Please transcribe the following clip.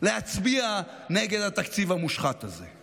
להצביע נגד התקציב המושחת הזה.